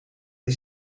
die